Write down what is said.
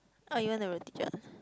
or you want to be teacher